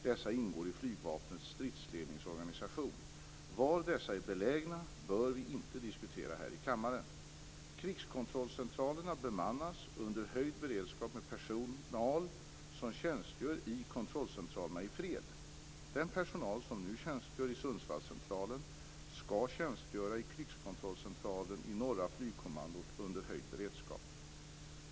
Dessa ingår i flygvapnets stridsledningsorganisation. Var dessa är belägna bör vi inte diskutera här i kammaren. Krigskontrollcentralerna bemannas under höjd beredskap med personal som tjänstgör i kontrollcentralerna i fred. Den personal som nu tjänstgör i Sundsvallscentralen skall tjänstgöra i krigskontrollcentralen i Norra flygkommandot under höjd beredskap.